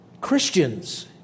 Christians